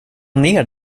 ner